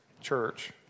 church